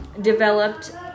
Developed